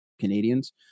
Canadians